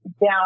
down